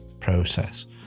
process